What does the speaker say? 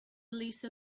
lisa